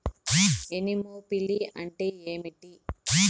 Anemophily అంటే ఏంటి?